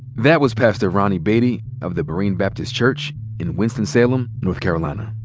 that was pastor ronnie baity of the berean baptist church in winston-salem, north carolina.